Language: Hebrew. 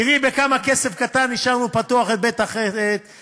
תראי בכמה כסף קטן השארנו פתוח את "בית החסד",